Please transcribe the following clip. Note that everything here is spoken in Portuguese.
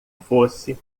fosse